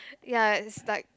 ya it's like